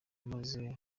maze